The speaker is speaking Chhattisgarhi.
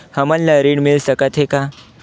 हमन ला ऋण मिल सकत हे का?